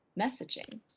messaging